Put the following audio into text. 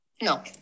No